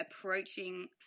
approaching